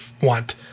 want